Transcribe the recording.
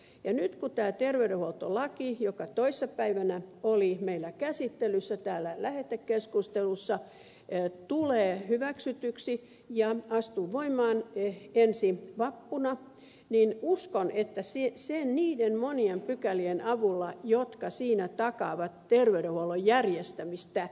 nyt kun tämä terveydenhuoltolaki joka toissa päivänä oli meillä käsittelyssä täällä lähetekeskustelussa tulee hyväksytyksi ja astuu voimaan ensi vappuna niin uskon että niiden monien pykälien avulla jotka siinä takaavat terveydenhuollon järjestämistä